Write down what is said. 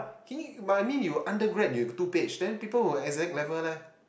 can you but I mean you undergrad you got two page then people with exact level leh